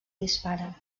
dispara